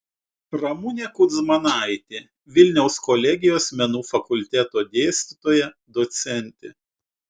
ramunė kudzmanaitė vilniaus kolegijos menų fakulteto dėstytoja docentė